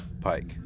Pike